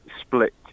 split